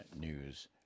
news